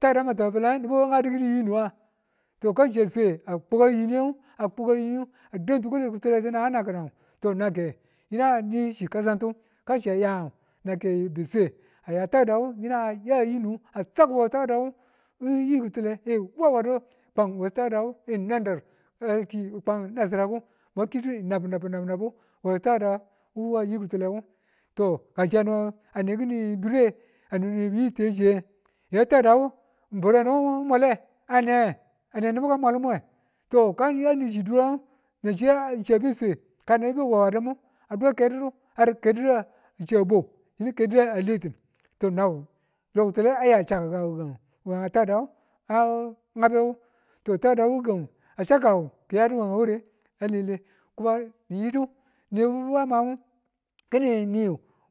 Takada ma tabafalang nubu ka ngadu ki̱nin yi nu nga? to kan ngu chi a swe a kwaba yiniyan ngu a kwab yiniyanngu ado tịkwalintu nang nanki̱nang to nan ke yinu a nichi kasantu kan ngu chiya nade ke swe aya be wu yina yan yinun a saku we takadawu yikitule wawwadu kwan we takadawu kenina dadu mwan kitinu nabnab nabu we to ka chiyano ne ki̱nin dure anibu yi te chiye yinu takada wu biwure no ka mwale, ane nibu ka mwalimu we to kangu ani chi duran ngu techi ye nan chiya chiya be swe kanibi wawadin bu ado keru har kerdi̱du ng chiya a bwau ng ker abe letin to nau lo ki̱tule aya chaku kaku nan gi̱gang wu to takadawu nan nubu a bewu no a takadawu gi̱gang wu a chakakkaku kiyadu we a ware alele kuma ni yidu ni bibu amabu kini ni